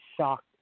shocked